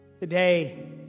Today